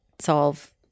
solve